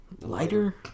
lighter